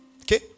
Okay